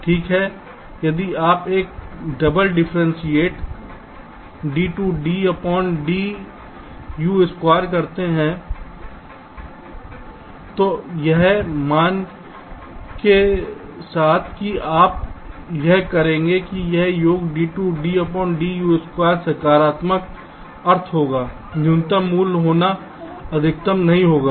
ठीक है यदि आप एक डबल डिफ्रेंटिएशन d2DDU2 करते हैं तो इस मान के साथ कि आप यह करेंगे कि यह होगा d2DDU2 सकारात्मक अर्थ होगा जिससे यह न्यूनतम मूल्य होगा अधिकतम नहीं होगा